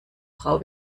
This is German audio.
frau